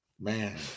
Man